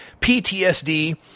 PTSD